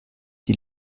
die